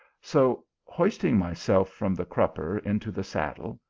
so hoisting myself from the crupper into the saddle,